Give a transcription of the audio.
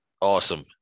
Awesome